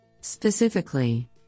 Specifically